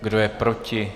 Kdo je proti?